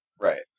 Right